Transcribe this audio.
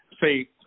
say